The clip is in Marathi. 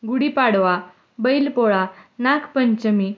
गुढीपाडवा बैलपोळा नागपंचमी